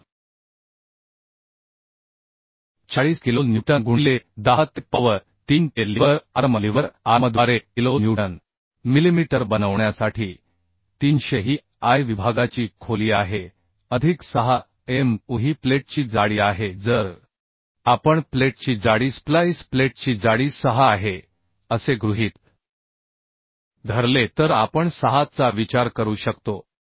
तर 40 kilo newton गुणिले 10 ते पॉवर 3 ते लिव्हर आर्म लिव्हर आर्मद्वारे किलो न्यूटन मिलिमीटर बनवण्यासाठी 300 ही I विभागाची खोली आहे अधिक 6 MUही प्लेटची जाडी आहे जर आपण प्लेटची जाडी स्प्लाइस प्लेटची जाडी 6 आहे असे गृहीत धरले तर आपण 6 चा विचार करू शकतो